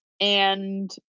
And-